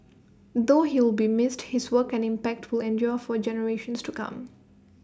though he will be missed his work and impact will endure for generations to come